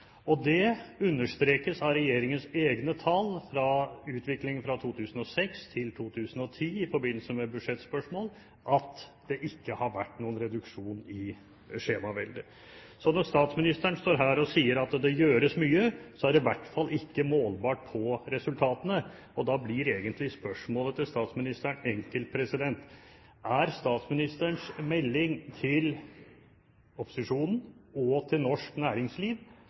Det understrekes av regjeringens egne tall med hensyn til utviklingen fra 2006 til 2010 i forbindelse med budsjettspørsmål at det ikke har vært noen reduksjon i skjemaveldet. Når statsministeren står her og sier at det gjøres mye, er det i hvert fall ikke målbart på resultatene. Da blir egentlig spørsmålet til statsministeren enkelt: Er statsministerens melding til opposisjonen og til norsk næringsliv